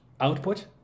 output